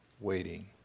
Waiting